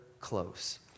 close